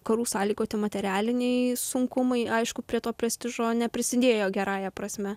karų sąlygoti materialiniai sunkumai aišku prie to prestižo neprisidėjo gerąja prasme